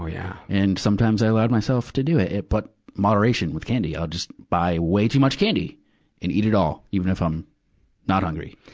yeah! and sometimes i allowed myself to do it. it, but moderation with candy, i'll just buy way too much candy and eat it all, even if i'm not hungry.